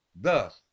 Thus